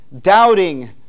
doubting